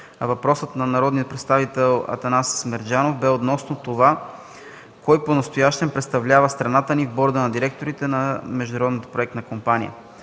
въпросът на народния представител Атанас Мерджанов бе относно това кой понастоящем представлява страната ни в борда на директорите на